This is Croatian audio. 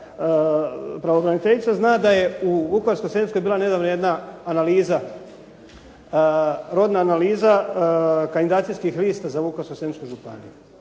pravobraniteljica zna da je u Vukovarsko-srijemskoj bila nedavno jedna analiza, rodna analiza kandidacijskih lista za Vukovarsko-srijemsku županiju.